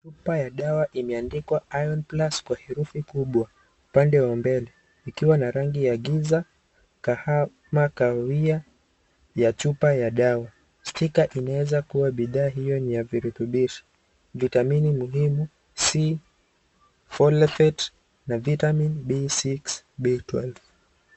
Chupa ya dawa imeandikwa iron plus kwa herufi kubwa upande wa mbele ikiwa na rangi ya giza kahawa ama kahawia ya chupa ya dawa stika inaweza kuwa bidhaa iliyo ya virutubishi vitamini muhimu C folate na vitamin B6, B12 .